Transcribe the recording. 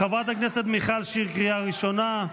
חברת הכנסת מיכל שיר, קריאה ראשונה.